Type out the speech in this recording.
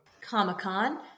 Comic-Con